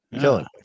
Killing